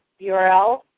URL